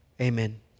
Amen